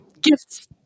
gifts